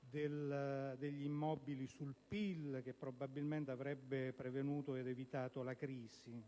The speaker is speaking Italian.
degli immobili sul PIL, che probabilmente avrebbe prevenuto ed evitato la crisi.